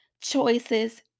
choices